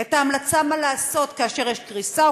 את ההמלצה מה לעשות כאשר יש קריסה או